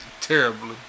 terribly